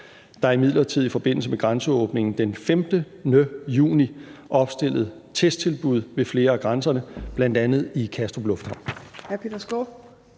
er imidlertid i forbindelse med grænseåbningen den 15. juni opstillet testtilbud ved flere af grænserne, bl.a. i Kastrup lufthavn.